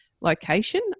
location